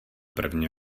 první